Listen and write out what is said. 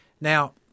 Now